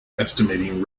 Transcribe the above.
estimating